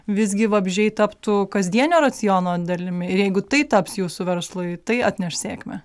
visgi vabzdžiai taptų kasdienio raciono dalimi ir jeigu tai taps jūsų verslui tai atneš sėkmę